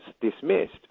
dismissed